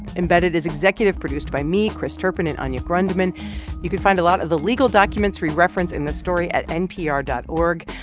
embedded is executive produced by me, chris turpin and anya grundmann you can find a lot of the legal documents we reference in the story at npr dot org.